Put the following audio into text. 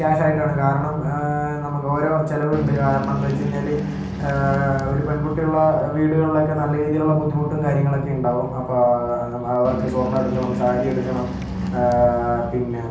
cash ആയിട്ടാണ് കാരണം നമു ഓരോ ചിലവുണ്ട് കാരണമെന്തെന്ന് വെച്ച് കഴിഞ്ഞാൽ ഒരു പെൺകുട്ടിയുള്ള വീടുകളിലൊക്കെ നല്ല രീതിയിലുള്ള ബുദ്ധിമുട്ടും കാര്യങ്ങളൊക്കെ ഉണ്ടാവും അപ്പോൾ അവർക്ക് സ്വർണം എടുക്കണം സാരി എടുക്കണം പിന്നെ